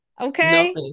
okay